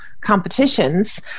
competitions